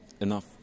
enough